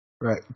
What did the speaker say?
Right